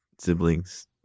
siblings